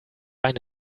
eine